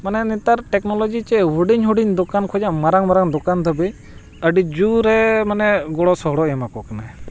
ᱢᱟᱱᱮ ᱱᱮᱛᱟᱨ ᱴᱮᱠᱱᱳᱞᱚᱡᱤ ᱪᱮᱫ ᱦᱩᱰᱤᱧ ᱦᱩᱰᱤᱧ ᱫᱚᱠᱟᱱ ᱠᱷᱚᱱᱟᱜ ᱢᱟᱨᱟᱝ ᱢᱟᱨᱟᱝ ᱫᱚᱠᱟᱱ ᱫᱷᱟᱹᱵᱤᱡ ᱟᱹᱰᱤ ᱡᱳᱨᱮ ᱢᱟᱱᱮ ᱜᱚᱲᱚ ᱥᱚᱯᱚᱦᱚᱫ ᱮ ᱮᱢᱟᱠᱚ ᱠᱟᱱᱟ